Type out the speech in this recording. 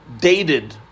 dated